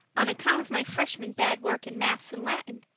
on account of my freshman bad work in maths and latin.